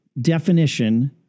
definition